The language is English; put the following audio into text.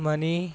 money